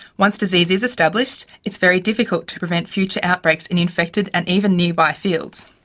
once disease is established, it's very difficult to prevent future outbreaks in infected and even nearby fields.